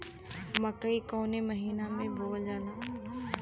मकई कवने महीना में बोवल जाला?